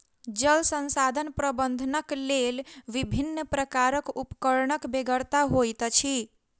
जल संसाधन प्रबंधनक लेल विभिन्न प्रकारक उपकरणक बेगरता होइत अछि